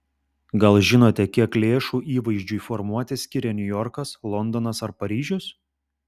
gal žinote kiek lėšų įvaizdžiui formuoti skiria niujorkas londonas ar paryžius